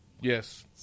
Yes